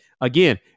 again